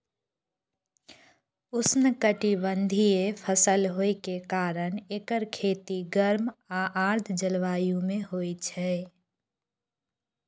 उष्णकटिबंधीय फसल होइ के कारण एकर खेती गर्म आ आर्द्र जलवायु मे होइ छै